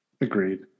Agreed